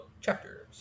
chapters